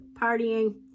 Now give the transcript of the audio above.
partying